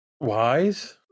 Wise